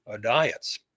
diets